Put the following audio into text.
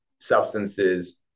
substances